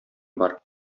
бар